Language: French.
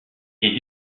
est